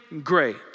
great